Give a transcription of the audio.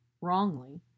wrongly